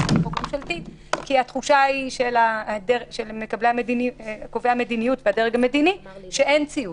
כי התחושה של קובעי המדיניות היא שאין ציות.